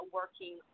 working